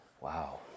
Wow